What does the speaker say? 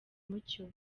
mucyo